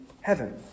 heaven